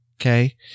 Okay